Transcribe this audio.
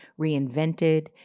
reinvented